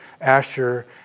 Asher